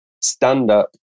stand-up